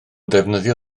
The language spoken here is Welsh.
ddefnyddio